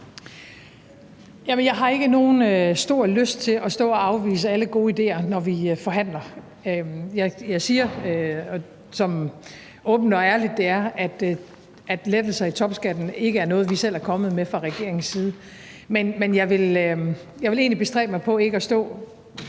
Jeg har ikke nogen stor lyst til at stå og afvise alle gode idéer, når vi forhandler. Jeg siger åbent og ærligt, at lettelser i topskatten ikke er noget, vi selv er kommet med fra regeringens side. Men jeg vil egentlig bestræbe mig på ikke at stå,